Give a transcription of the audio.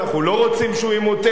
אנחנו לא רוצים שהוא ימוטט.